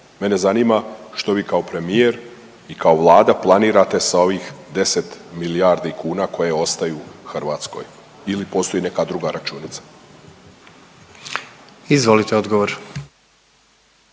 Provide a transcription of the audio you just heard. Mene zanima što vi kao premijer i kao Vlada planirate sa ovih 10 milijardi kuna koje ostaju u Hrvatskoj ili postoji neka druga računica? **Jandroković,